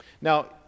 Now